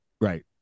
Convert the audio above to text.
Right